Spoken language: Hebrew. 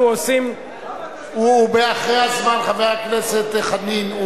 למה אתה, הוא אחרי הזמן, חבר הכנסת חנין.